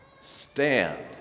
stand